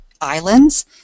islands